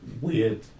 weird